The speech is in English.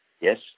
yes